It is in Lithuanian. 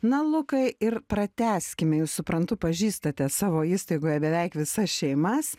na lukai ir pratęskime jūs suprantu pažįstate savo įstaigoje beveik visas šeimas